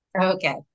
Okay